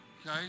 okay